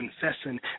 confessing